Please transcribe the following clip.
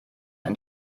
ein